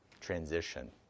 transition